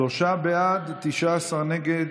שלושה בעד, 19 נגד.